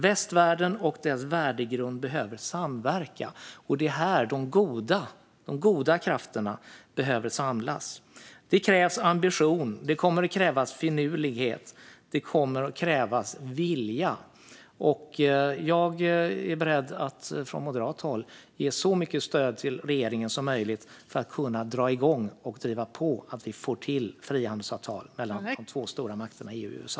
Västvärlden och dess värdegrund behöver samverka. Det är här de goda krafterna behöver samlas. Det krävs ambition. Det kommer att krävas finurlighet. Det kommer att krävas vilja. Jag är beredd att från moderat håll ge så mycket stöd till regeringen som möjligt för att dra igång och driva på för att vi ska få till stånd frihandelsavtal mellan de två stora makterna EU och USA.